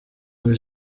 muri